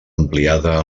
ampliada